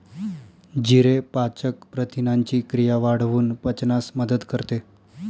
जिरे पाचक प्रथिनांची क्रिया वाढवून पचनास मदत करते